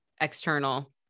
external